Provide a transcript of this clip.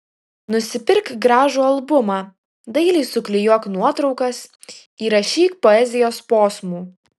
nusipirk gražų albumą dailiai suklijuok nuotraukas įrašyk poezijos posmų